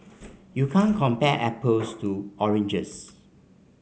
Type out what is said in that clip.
you can't compare apples to oranges